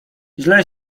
źle